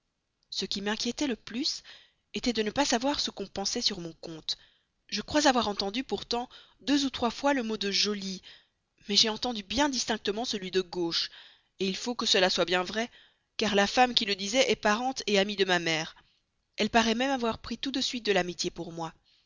ce qui m'inquiétait le plus était de ne pas savoir ce qu'on pensait sur mon compte je crois avoir entendu pourtant deux ou trois fois le mot de jolie mais j'ai entendu bien distinctement celui de gauche il faut que cela soit bien vrai car la femme qui le disait est parente amie de ma mère elle paraît même avoir pris tout de suite de l'amitié pour moi